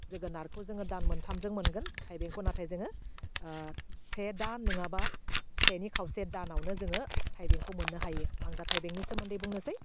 जोगोनारखौ जोङो दाम मोनथामजों मोनगोन थाइबेंखौ नाथाय जोङो ओह से दान नङाबा सेनि खावसे दानावनो जोङो थाइबेंखौ मोननो हायो आं दा थाइबेंनि सोमोन्दै बुंनोसै